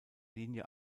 linie